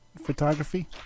photography